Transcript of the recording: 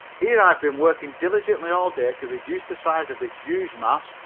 here i've been working diligently all day to reduce the size of this huge mass,